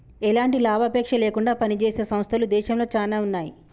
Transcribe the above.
ఎలాంటి లాభాపేక్ష లేకుండా పనిజేసే సంస్థలు దేశంలో చానా ఉన్నాయి